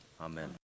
Amen